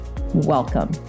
Welcome